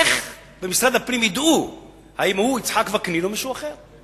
איך במשרד הפנים ידעו אם הוא יצחק וקנין או מישהו אחר?